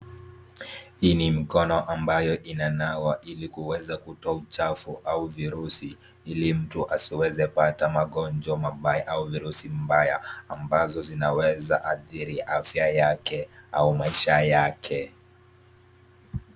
Hii ni mikono ambayo inanawa ili kuweza kutoa uchafu au virusi ili mtu asiwezepata magonjwa mabaya au virusi mbaya ambazo zinaweza adhiri afya yake au maisha yake.